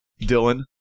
Dylan